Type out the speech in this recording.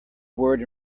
word